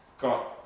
got